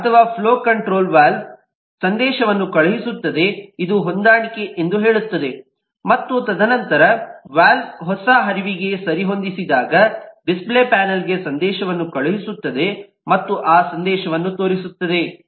ಅಥವಾ ಫ್ಲೋ ಕಂಟ್ರೋಲ್ವು ವಾಲ್ವ್ಗೆ ಸಂದೇಶವನ್ನು ಕಳುಹಿಸುತ್ತದೆ ಇದು ಹೊಂದಾಣಿಕೆ ಎಂದು ಹೇಳುತ್ತದೆ ಮತ್ತು ತದನಂತರ ವಾಲ್ವ್ವು ಹೊಸ ಹರಿವಿಗೆ ಸರಿಹೊಂದಿಸಿದಾಗ ಡಿಸ್ಪ್ಲೇ ಪ್ಯಾನಲ್ಗೆ ಸಂದೇಶವನ್ನು ಕಳುಹಿಸುತ್ತದೆ ಮತ್ತು ಆ ಸಂದೇಶವನ್ನು ತೋರಿಸುತ್ತದೆ